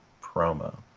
promo